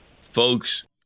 folks